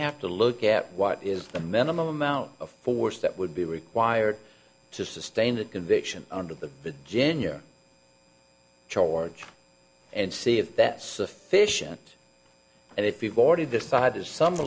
have to look at what is the minimum amount of force that would be required to sustain that conviction under the ginia charge and see if that sufficient and if you've already decided is some